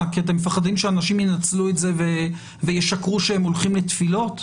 אתם מפחדים שאנשים ינצלו את זה וישקרו שהם הולכים לתפילות?